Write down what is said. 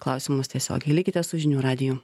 klausimus tiesiogiai likite su žinių radiju